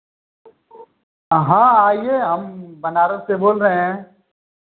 हाँ आइए हम बनारस से बोल रहे हैं